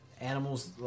animals